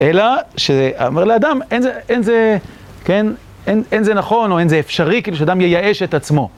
אלא שייאמר לאדם אין זה, אין זה, כן? אין זה נכון או אין זה אפשרי שאדם מייאש את עצמו.